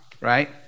right